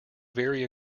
very